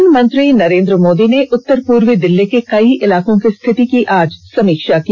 प्रधानमंत्री नरेन्द्र मोदी ने उत्तर पूर्वी दिल्ली के कई इलाकों की स्थिति की आज समीक्षा की